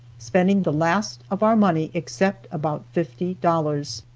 spending the last of our money except about fifty dollars.